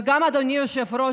אדוני היושב-ראש,